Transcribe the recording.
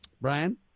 brian